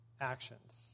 actions